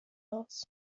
aus